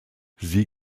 sie